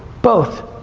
both.